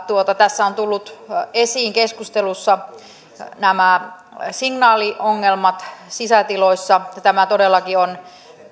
tässä on tullut esiin keskustelussa nämä signaaliongelmat sisätiloissa tämä todellakin on